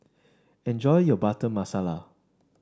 enjoy your Butter Masala